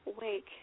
wake